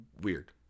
weird